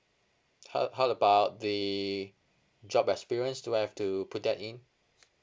how how about the job experience do I have to put that in